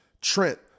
Trent